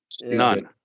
None